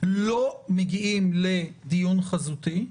לא מגיעים לדיון חזותי,